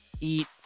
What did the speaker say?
eat